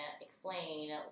explain